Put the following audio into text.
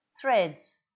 Threads